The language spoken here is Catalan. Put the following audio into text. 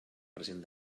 present